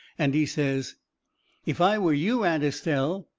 and he says if i were you, aunt estelle,